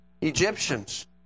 Egyptians